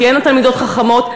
תהיינה תלמידות חכמות,